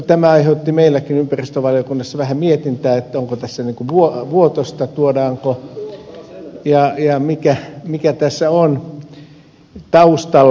tämä aiheutti meilläkin ympäristövaliokunnassa vähän mietintää tuodaanko tässä vuotosta ja mikä tässä on taustalla